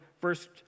first